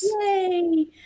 Yay